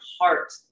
heart